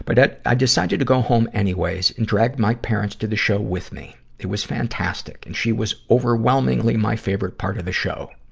but i decided to go home anyways, and dragged my parents to the show with me. it was fantastic, and she was overwhelmingly my favorite part of the show.